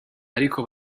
ariko